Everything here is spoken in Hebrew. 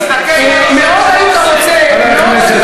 תסתכל מה ראש הממשלה עושה.